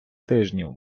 тижнів